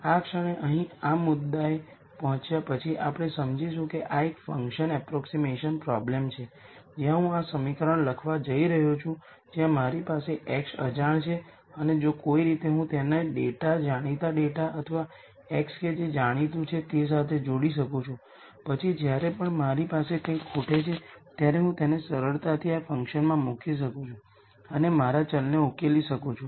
આ ક્ષણે અહીં આ મુદ્દાએ પહોંચ્યા પછી આપણે સમજીશું કે આ એક ફંકશન અપ્રોક્ઝીમેશન પ્રોબ્લેમ છે જ્યાં હું આ સમીકરણ લખવા જઇ રહ્યો છું જ્યાં મારી પાસે x અજાણ છે અને જો કોઈ રીતે હું તેને ડેટા જાણીતા ડેટા અથવા x કે જે જાણીતું છે તે સાથે જોડી શકું છું પછી જ્યારે પણ મારી પાસે કંઈક ખૂટે છે ત્યારે હું તેને સરળતાથી આ ફંક્શનમાં મૂકી શકું છું અને મારા વેરીએબલ ને ઉકેલી શકું છું